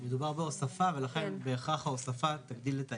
מדובר בהוספה ולכן בהכרח ההוספה תגדיל את ההיקף.